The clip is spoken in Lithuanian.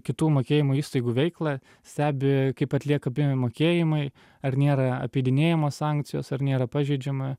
kitų mokėjimo įstaigų veiklą stebi kaip atliekapi mokėjimai ar nėra apeidinėjamos sankcijos ar nėra pažeidžiama